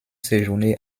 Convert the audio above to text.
séjourné